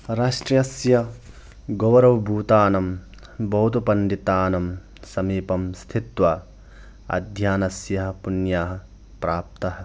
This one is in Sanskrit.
राष्ट्रस्य गौरवभूतानां बौद्धपण्डितानां समीपं स्थित्वा अध्ययनस्य पुण्यं प्राप्तम्